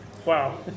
wow